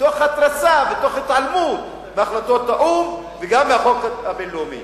תוך התרסה ותוך התעלמות מהחלטות האו"ם וגם מהחוק הבין-לאומי.